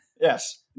yes